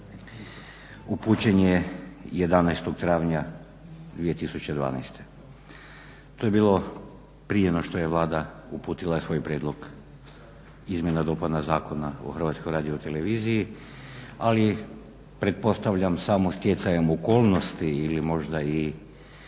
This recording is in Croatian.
upućen je 11. travnja 2012. To je bilo prije no što je Vlada uputila svoj prijedlog izmjena i dopuna Zakona o Hrvatskoj radioteleviziji, ali pretpostavljam samo stjecajem okolnosti ili možda i